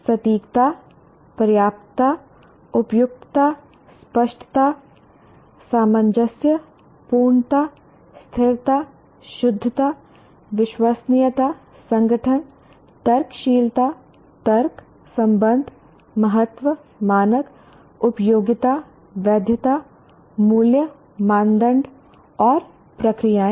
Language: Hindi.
सटीकता पर्याप्तता उपयुक्तता स्पष्टता सामंजस्य पूर्णता स्थिरता शुद्धता विश्वसनीयता संगठन तर्कशीलता तर्क संबंध महत्व मानक उपयोगिता वैधता मूल्य मापदंड और प्रक्रियाएं